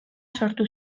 sortu